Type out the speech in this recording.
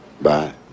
Bye